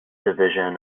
division